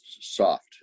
soft